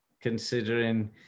considering